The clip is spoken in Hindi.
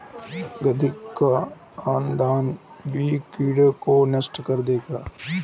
गिद्ध को आने दो, वो कीड़ों को नष्ट कर देगा